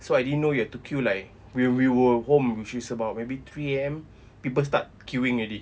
so I didn't know you have to queue like we we were home which was about maybe three A_M people start queuing already